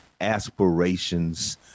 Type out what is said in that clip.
aspirations